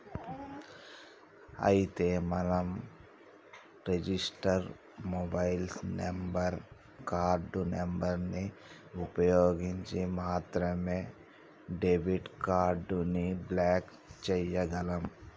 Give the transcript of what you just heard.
అయితే మనం register mobile number card number ని ఉపయోగించి మాత్రమే డెబిట్ కార్డు ని బ్లాక్ చేయగలం